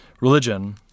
religion